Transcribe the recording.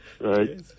right